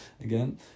again